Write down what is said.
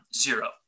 zero